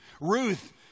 Ruth